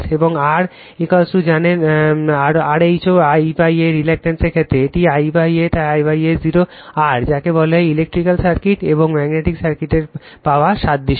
এবং R জানেন rho lA reluctance এর ক্ষেত্রে এটি lA তাই lA 0 r যাকে বলে ইলেক্ট্রিক্যাল সার্কিট এবং ম্যাগনেটিক সার্কিট থেকে পাওয়া সাদৃশ্য